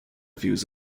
views